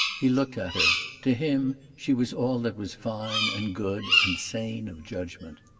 he looked at her. to him she was all that was fine and good and sane of judgment.